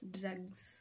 drugs